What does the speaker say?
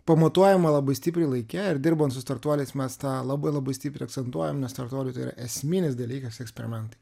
pamatuojama labai stipriai laike ir dirbant su startuoliais mes tą labai labai stipriai akcentuojam nes startuolių tai yra esminis dalykas eksperimentai